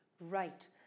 right